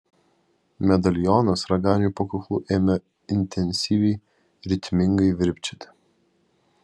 medalionas raganiui po kaklu ėmė intensyviai ritmingai virpčioti